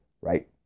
right